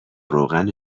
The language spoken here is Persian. روغن